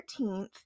13th